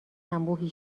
انبوهی